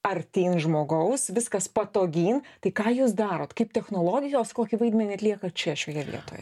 artyn žmogaus viskas patogyn tai ką jūs darot kaip technologijos kokį vaidmenį atlieka čia šioje vietoje